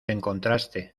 encontraste